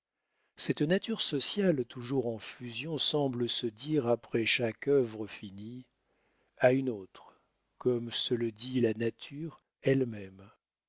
cette nature sociale toujours en fusion semble se dire après chaque œuvre finie a une autre comme se le dit la nature elle-même